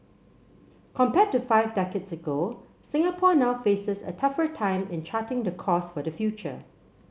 compared to five decades ago Singapore now faces a tougher time in charting the course for the future